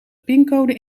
pincode